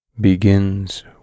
begins